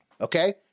Okay